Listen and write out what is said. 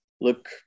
look